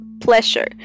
pleasure